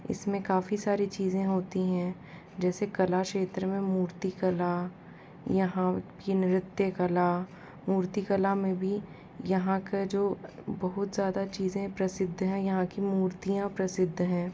इसमें काफी सारी चीज़ें होती है जैसे कला क्षेत्र में मूर्ति कला यहाँ की नृत्य कला मूर्ति कला में भी यहाँ के जो बहुत ज़्यादा चीजें प्रसिद्ध है यहाँ की मूर्तियाँ प्रसिद्ध हैं